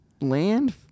land